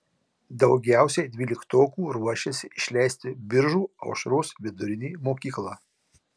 daugiausiai dvyliktokų ruošiasi išleisti biržų aušros vidurinė mokykla